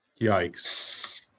Yikes